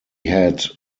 had